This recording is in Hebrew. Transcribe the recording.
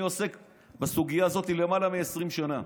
אני עוסק בסוגיה הזאת למעלה מ-20 שנה.